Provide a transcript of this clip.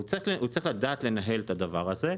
הוא צריך לדעת לנהל את הדבר הזה.